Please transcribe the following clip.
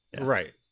right